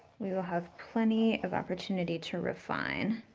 we will have plenty of opportunity to refine.